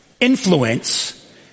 Influence